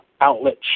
outlets